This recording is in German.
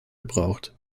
gebraucht